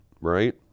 right